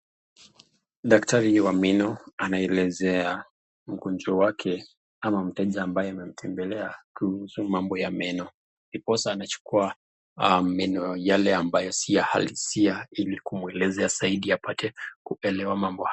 Daktari wa meno anayelezea mgonjwa wake ama mteja ambaye amemtembelea kuhusu mambo ya meno. Ndiposa anachukua meno yake ambayo si ya kumuelezea zaidi apate kuelewa mambo hayo.